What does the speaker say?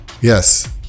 Yes